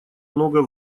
много